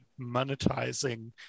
monetizing